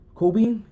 kobe